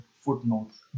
footnotes